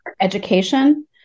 education